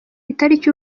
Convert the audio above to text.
itariki